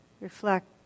reflect